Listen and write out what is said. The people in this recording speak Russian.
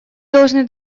должны